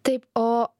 taip o